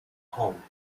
home